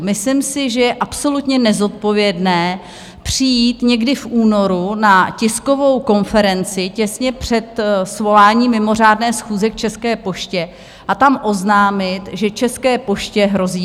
Myslím si, že je absolutně nezodpovědné přijít někdy v únoru na tiskovou konferenci, těsně před svoláním mimořádné schůze k České poště, a tam oznámit, že České poště hrozí insolvence.